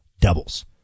doubles